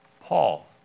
Paul